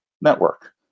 network